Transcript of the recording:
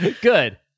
good